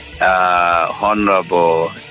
Honorable